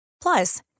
Plus